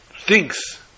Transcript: thinks